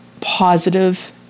positive